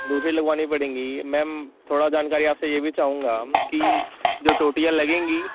दूसरी लगवानी पड़ेगी मैंम थोड़ी जानकारी आपसे यह भी चाहूंगा कि जो टोंटियाँ लगेंगी